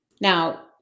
Now